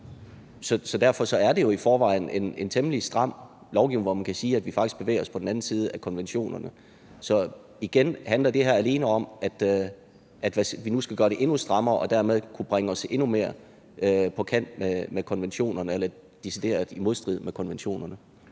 Så derfor er det jo i forvejen en temmelig stram lovgivning, hvor man kan sige, at vi faktisk bevæger os på den anden side af konventionerne. Så igen vil jeg spørge: Handler det her alene om, at vi nu skal gøre det endnu strammere og dermed kunne bringe os endnu mere på kant med konventionerne eller i decideret modstrid med konventionerne?